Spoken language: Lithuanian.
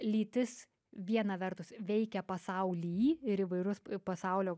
lytis viena vertus veikia pasaulį ir įvairius pasaulio